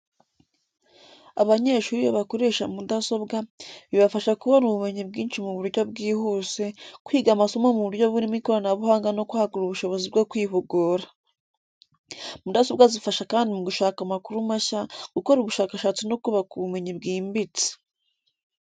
Abanyeshuri iyo bakoresha mudasobwa, bibafasha kubona ubumenyi bwinshi mu buryo bwihuse, kwiga amasomo mu buryo burimo ikoranabuhanga no kwagura ubushobozi bwo kwihugura. Mudasobwa zifasha kandi mu gushaka amakuru mashya, gukora ubushakashatsi no kubaka ubumenyi bwimbitse.